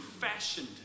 fashioned